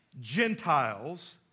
Gentiles